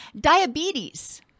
Diabetes